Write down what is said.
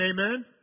amen